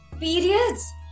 periods